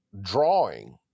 drawing